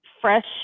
fresh